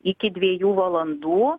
iki dviejų valandų